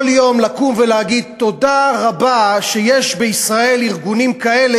אתה צריך כל יום לקום ולהגיד תודה רבה שיש בישראל ארגונים כאלה,